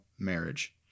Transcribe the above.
marriage